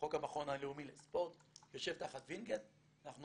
חוק המכון הלאומי לספורט, יושב תחת וינגייט, אנחנו